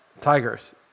Tigers